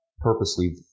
purposely